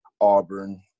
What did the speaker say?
Auburn